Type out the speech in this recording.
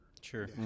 Sure